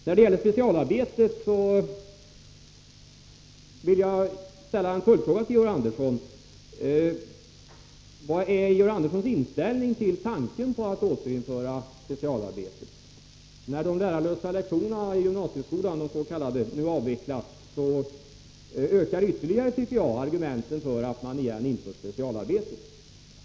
När det gäller specialarbetet vill jag ställa en följdfråga till Georg Andersson: Vad är Georg Anderssons inställning till tanken på att återinföra specialarbeten? När de s.k. lärarlösa lektionerna i gymnasieskolan nu avvecklas så ökar ytterligare, tycker jag, argumenten för att man återinför specialarbeten.